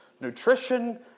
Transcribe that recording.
nutrition